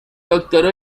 doctoró